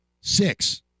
six